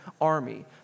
army